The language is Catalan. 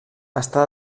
està